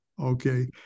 Okay